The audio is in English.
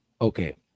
Okay